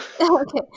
Okay